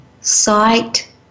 sight